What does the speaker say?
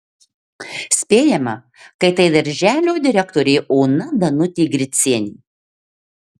spėjama kad tai darželio direktorė ona danutė gricienė